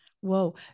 Whoa